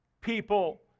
people